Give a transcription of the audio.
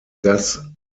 das